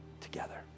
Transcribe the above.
together